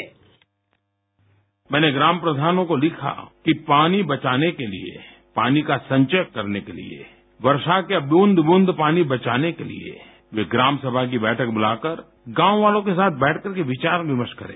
bite प्रधानमंत्री मैंने ग्राम प्रधानों को लिखा कि पानी बचाने के लिए पानी का संचय करने के लिए वर्षा के ब्रंद बूंद पानी बचाने के लिए वे ग्राम सभा की बैठक बुलाकर गाँव वालों के साथ बैठकर के विचार विमर्श करें